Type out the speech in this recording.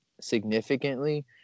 significantly